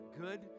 good